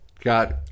Got